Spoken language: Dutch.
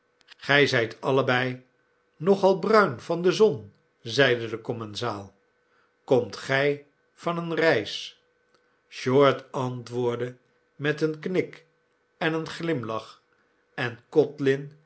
gij zijt allebei nog al bruin van de zon zeide de commensaal komt gij van eene reis short antwoordde met een knik en een glimlach en